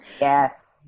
Yes